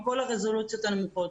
כל הרזולוציות הנמוכות,